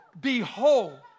Behold